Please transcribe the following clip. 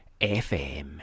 FM